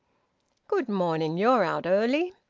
good morning. you're out early.